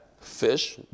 fish